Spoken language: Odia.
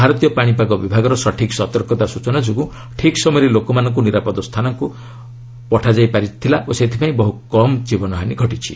ଭାରତୀୟ ପାଣିପାଗ ବିଭାଗର ସଠିକ୍ ସତର୍କତା ସୂଚନା ଯୋଗୁଁ ଠିକ୍ ସମୟରେ ଲୋକମାନଙ୍କୁ ନିରାପଦ ସ୍ଥାନକୁ ସ୍ଥାନାନ୍ତରିତ କରାଯାଇପାରିଥିଲା ଓ ସେଥିପାଇଁ ବହୁ କମ୍ ଜୀବନହାନୀ ଘଟିଛି